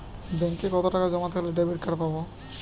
ব্যাঙ্কে কতটাকা জমা থাকলে ডেবিটকার্ড পাব?